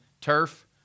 turf